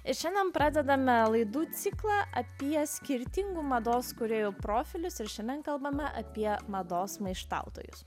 ir šiandien pradedame laidų ciklą apie skirtingų mados kūrėjų profilius ir šiandien kalbama apie mados maištautojus